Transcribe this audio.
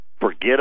Forget